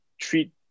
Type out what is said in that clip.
treat